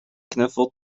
knuffel